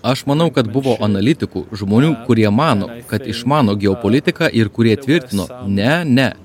aš manau kad buvo analitikų žmonių kurie mano kad išmano geopolitiką ir kurie tvirtino ne ne